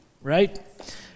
Right